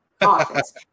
office